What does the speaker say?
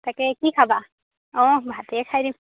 তাকে কি খাবা অঁ ভাতেই খাই দিম